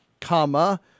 comma